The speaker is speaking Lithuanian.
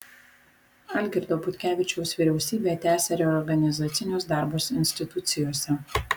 algirdo butkevičiaus vyriausybė tęsią reorganizacinius darbus institucijose